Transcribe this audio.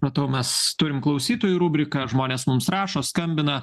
matau mes turim klausytojų rubriką žmonės mums rašo skambina